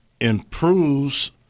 improves